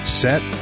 set